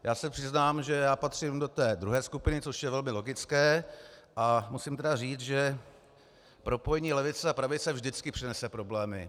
Já se přiznám, že já patřím do té druhé skupiny, což je velmi logické, a musím tedy říct, že propojení levice a pravice vždycky přinese problémy.